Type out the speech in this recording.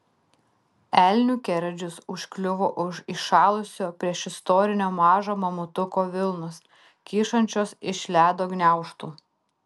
elnių kerdžius užkliuvo už įšalusio priešistorinio mažo mamutuko vilnos kyšančios iš ledo gniaužtų